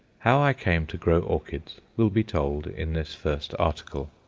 how i came to grow orchids will be told in this first article.